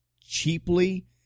cheaply